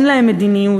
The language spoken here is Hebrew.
אין להם מדיניות.